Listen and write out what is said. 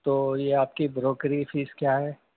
تو یہ آپ کی بروکری فیس کیا ہے